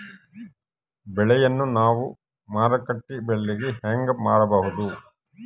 ಬೆಳೆಯನ್ನ ನಾವು ಮಾರುಕಟ್ಟೆ ಬೆಲೆಗೆ ಹೆಂಗೆ ಮಾರಬಹುದು?